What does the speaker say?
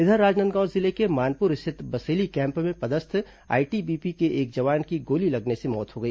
इधर राजनांदगांव जिले के मानपुर स्थित बसेली कैम्प में पदस्थ आईटीबीपी के एक जवान की गोली लगने से मौत हो गई